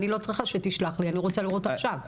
אני לא רוצה שתשלח לי אני רוצה לראות עכשיו.